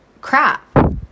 crap